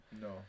No